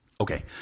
Okay